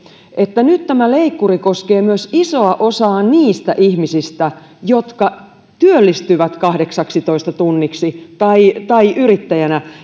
että nyt tämä leikkuri koskee myös isoa osaa niistä ihmisistä jotka työllistyvät kahdeksaksitoista tunniksi tai tai yrittäjänä